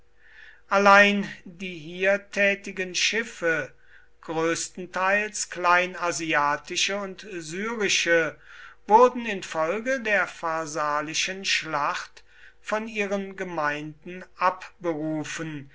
allein die hier tätigen schiffe größtenteils kleinasiatische und syrische wurden infolge der pharsalischen schlacht von ihren gemeinden abberufen